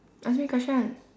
ask me question